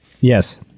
Yes